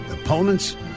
opponents